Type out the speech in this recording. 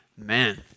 amen